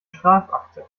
strafakte